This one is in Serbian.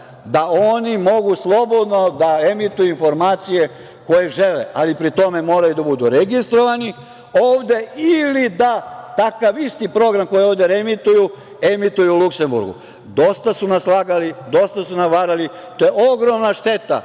da oni mogu slobodno da emituju informacije koje žele. Ali, pri tome, moraju da budu registrovani ovde ili da takav isti program koji ovde reemituju emituju u Luksemburgu. Dosta su nas lagali, dosta su nas varali. To je ogromna šteta